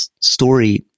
story